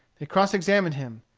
they cross-examined him.